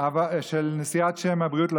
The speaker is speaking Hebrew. של נשיאת שם הבריאות לשווא,